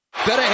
Better